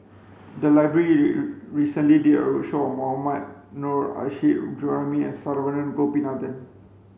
the library recently did a roadshow on Mohammad Nurrasyid Juraimi and Saravanan Gopinathan